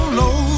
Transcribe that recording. low